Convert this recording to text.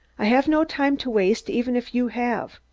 i have no time to waste, even if you have.